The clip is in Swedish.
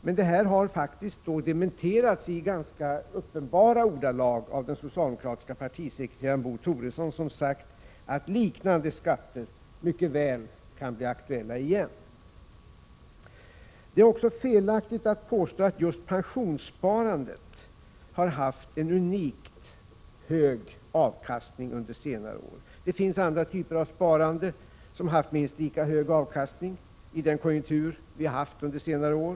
Men detta har faktiskt dementerats i ganska uppenbara ordalag av den socialdemokratiske partisekreteraren Bo Toresson, som sagt att liknande skatter mycket väl kan bli aktuella igen. Det är också felaktigt att påstå att just pensionssparandet har haft en unikt hög avkastning under senare år. Det finns andra typer av sparande som haft minst lika hög avkastning i den konjunktur vi haft under senare år.